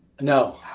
No